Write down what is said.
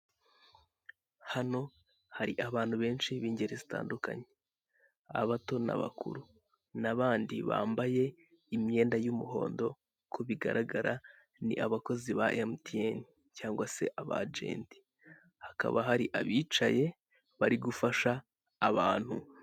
Hano hari abantu benshi b'ingeri zitandukanye. Abato n'abakuru. N'abandi bambaye imyenda y'umuhondo, uko bigaragara ni abakozi ba emutiyeni cyangwa se aba ajenti. Hakaba hari abicaye, bari gufasha abantu.